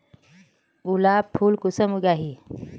गुलाब फुल कुंसम उगाही?